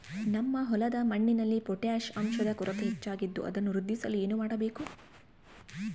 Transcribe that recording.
ನಮ್ಮ ಹೊಲದ ಮಣ್ಣಿನಲ್ಲಿ ಪೊಟ್ಯಾಷ್ ಅಂಶದ ಕೊರತೆ ಹೆಚ್ಚಾಗಿದ್ದು ಅದನ್ನು ವೃದ್ಧಿಸಲು ಏನು ಮಾಡಬೇಕು?